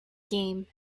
game